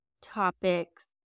topics